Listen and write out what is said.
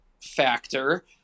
factor